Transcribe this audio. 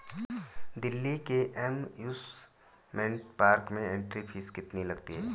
दिल्ली के amusement park में entry fee कितनी लगती है?